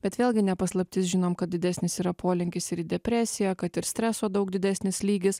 bet vėlgi ne paslaptis žinom kad didesnis yra polinkis ir į depresiją kad ir streso daug didesnis lygis